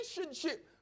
relationship